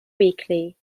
weekly